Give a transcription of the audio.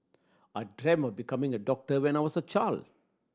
I dream of becoming a doctor when I was a child